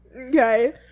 Okay